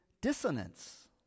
dissonance